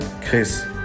Chris